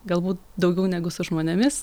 galbūt daugiau negu su žmonėmis